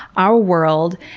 our world,